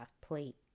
plate